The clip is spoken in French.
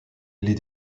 les